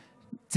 הזאת,